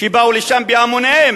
שבאו לשם בהמוניהם